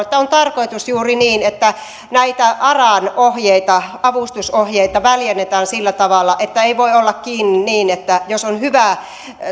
että on tarkoitus juuri niin että näitä aran avustusohjeita väljennetään sillä tavalla ettei voi olla niin että jos on hyvä